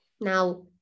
Now